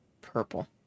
Purple